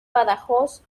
badajoz